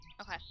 Okay